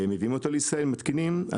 מביאים אותו בישראל, מתקינים.